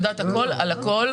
אני יודעת הכול על הכול,